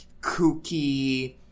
kooky